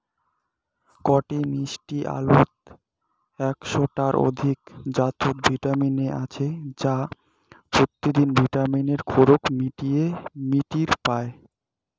কটি মিষ্টি আলুত একশ টার অধিক জাতত ভিটামিন এ আছে যা পত্যিদিন ভিটামিনের খোরাক মিটির পায়